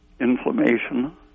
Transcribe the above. inflammation